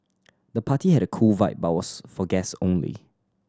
the party had a cool vibe but was for guest only